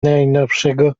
najnowszego